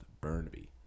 Burnaby